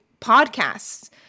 podcasts